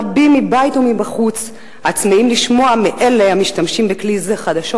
רבים מבית ומחוץ הצמאים לשמוע מאלה המשתמשים בכלי זה חדשות